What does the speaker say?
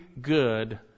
good